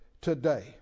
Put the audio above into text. today